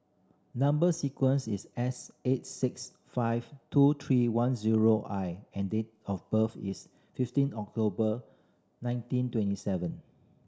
number sequence is S eight six five two three one zero I and date of birth is fifteen October nineteen twenty seven